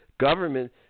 government